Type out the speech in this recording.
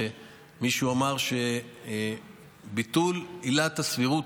ומישהו אמר שביטול עילת הסבירות,